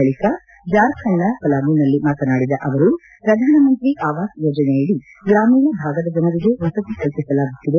ಬಳಿಕ ಜಾರ್ಖಂಡ್ನ ಪಲಾಮುನಲ್ಲಿ ಮಾತನಾಡಿದ ಅವರು ಪ್ರಧಾನಮಂತ್ರಿ ಆವಾಸ್ ಯೋಜನೆಯಡಿ ಗ್ರಾಮೀಣ ಭಾಗದ ಜನರಿಗೆ ವಸತಿ ಕಲ್ಪಿಸಲಾಗುತ್ತಿದೆ